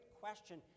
question